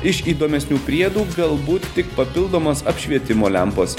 iš įdomesnių priedų galbūt tik papildomos apšvietimo lempos